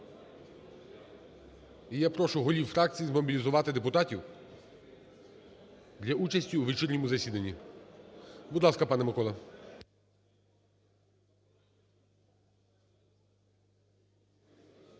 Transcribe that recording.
І я прошу голів фракцій змобілізувати депутатів для участі у вечірньому засіданні. Будь ласка, пане Миколо.